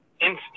instant